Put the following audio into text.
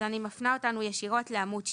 אני מפנה אותנו ישירות לעמוד 2,